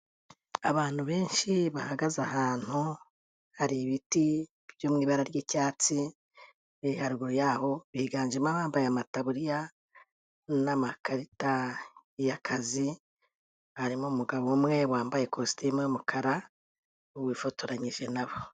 Abantu benshi bahagaze ahantu, hari ibiti byo mu ibara ry'icyatsi biri haruguru yabo, biganjemo abambaye amataburiya n'amakarita y'akazi, harimo umugabo umwe wambaye ikositime y'umukara wifotoranyije na bo.